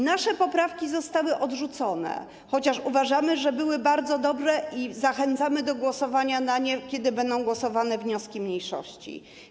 Nasze poprawki zostały odrzucone, chociaż uważamy, że były bardzo dobre, i zachęcamy do głosowania na nie, kiedy będą poddawane pod głosowanie wnioski mniejszości.